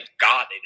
God